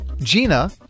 gina